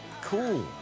Cool